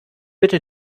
bitte